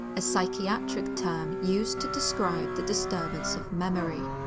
a psychiatric term used to describe the disturbance of memory.